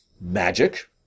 magic